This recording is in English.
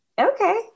Okay